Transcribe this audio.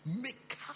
make